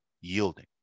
yielding